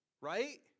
right